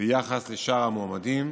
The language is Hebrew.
ביחס לשאר המועמדים,